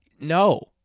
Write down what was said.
no